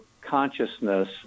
consciousness